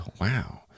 Wow